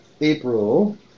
April